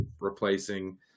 replacing